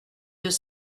deux